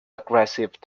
aggressive